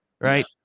right